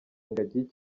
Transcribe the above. ingagi